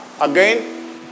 Again